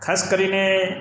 ખાસ કરીને